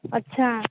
अच्छा